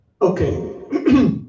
Okay